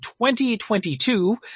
2022